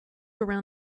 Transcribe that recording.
around